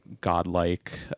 godlike